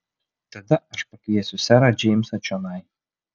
tada aš pakviesiu serą džeimsą čionai